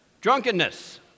Drunkenness